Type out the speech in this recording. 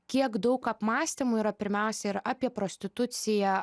kiek daug apmąstymų yra pirmiausia ir apie prostituciją